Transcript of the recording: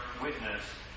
witness